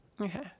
Okay